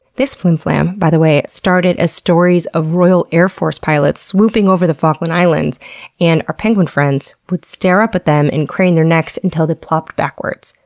this flimflam, by the way, started as stories of royal airforce pilots swooping over the falkland islands and our penguin friends would stare up at them and crane their necks until they plopped backwards.